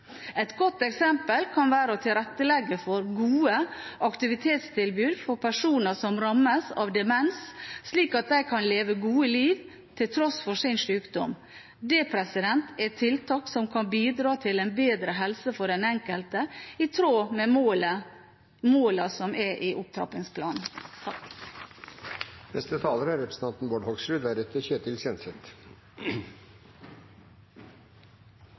Et godt eksempel kan være å tilrettelegge for gode aktivitetstilbud for personer som rammes av demens, slik at de kan leve gode liv til tross for sin sykdom. Det er tiltak som kan bidra til en bedre helse for den enkelte, i tråd med målene som er i opptrappingsplanen. Det har vært en interessant debatt. Etter å ha hørt representanten